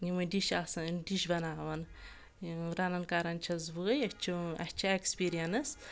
یِمےٕ ڈِش آسان ڈِش بَناوان رَنان کَران چھَس بےٕ اَسہِ چھُ اَسہِ چھِ ایٚکٕسپیٖریَنٕس